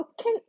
okay